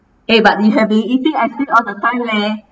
eh but you have been eating ice cream all the time leh